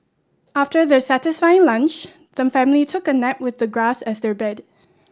after their satisfying lunch the family took a nap with the grass as their bed